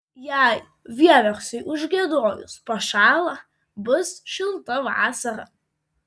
jei vieversiui užgiedojus pašąla bus šilta vasara